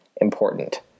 important